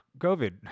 COVID